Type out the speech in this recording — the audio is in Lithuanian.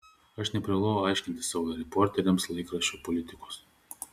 aš neprivalau aiškinti savo reporteriams laikraščio politikos